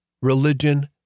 religion